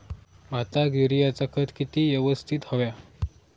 भाताक युरियाचा खत किती यवस्तित हव्या?